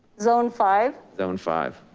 zone five. zone five.